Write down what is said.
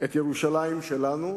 את ירושלים שלנו?